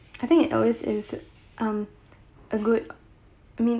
I think it always is um a good I mean